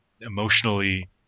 emotionally